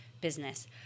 business